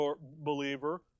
believer